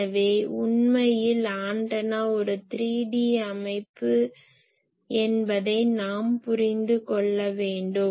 எனவே உண்மையில் ஆண்டனா ஒரு 3D அமைப்பு என்பதை நாம் புரிந்து கொள்ள வேண்டும்